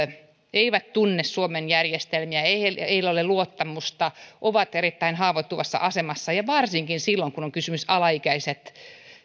eivät tunne suomen järjestelmiä ja joilla ei ole luottamusta ja jotka ovat erittäin haavoittuvassa asemassa varsinkin silloin kun ovat kysymyksessä alaikäiset